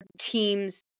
teams